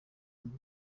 indi